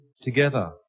together